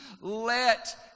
let